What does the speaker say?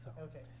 Okay